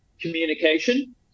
communication